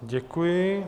Děkuji.